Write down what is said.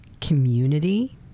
community